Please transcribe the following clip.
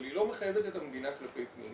אבל היא לא מחייבת את המדינה כלפי פנים.